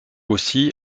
aussi